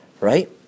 Right